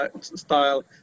style